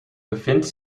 bevindt